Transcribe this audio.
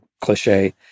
cliche